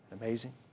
Amazing